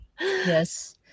Yes